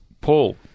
Paul